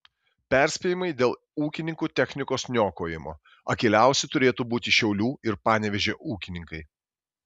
perspėjimai dėl ūkininkų technikos niokojimo akyliausi turėtų būti šiaulių ir panevėžio ūkininkai